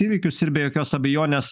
įvykius ir be jokios abejonės